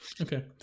Okay